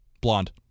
Blonde